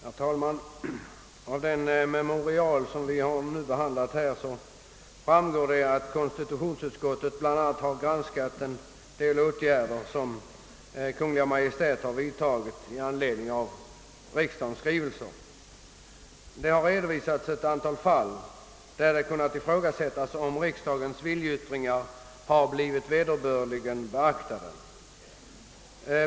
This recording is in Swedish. Herr talman! Av det memorial vi nu behandlar framgår att konstitutionsutskottet bl.a. har granskat de åtgärder, som Kungl. Maj:t vidtagit i anledning av riksdagens skrivelser. Utskottet redovisar ett antal fall, beträffande vilka det kunnat ifrågasättas om riksdagens viljeyttringar har blivit vederbörligen beaktade.